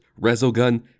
Resogun